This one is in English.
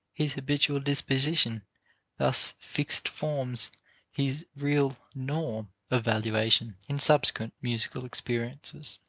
his habitual disposition thus fixed forms his real norm of valuation in subsequent musical experiences.